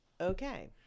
okay